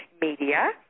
media